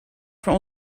voor